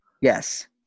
Yes